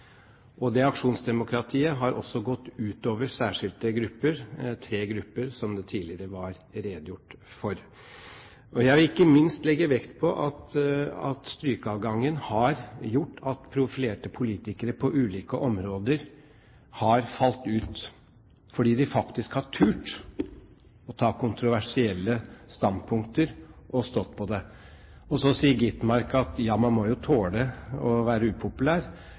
Det aksjonsdemokratiet har også gått utover særskilte grupper, tre grupper, som tidligere redegjort for. Jeg vil ikke minst legge vekt på at strykeadgangen har gjort at profilerte politikere på ulike områder har falt ut, fordi de faktisk har tort å ta kontroversielle standpunkt og stått på dem. Så sier representanten Gitmark at man må jo tåle å være upopulær.